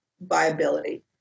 viability